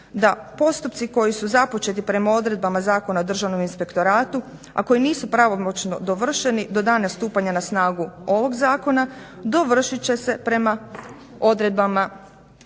da postupci koji su započeti prema odredbama Zakona o državnom inspektoratu a koji nisu pravomoćno dovršeni do dana stupanja na snagu ovoga zakona dovršiti će se prema odredbama